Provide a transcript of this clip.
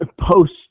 post